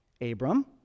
Abram